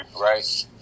right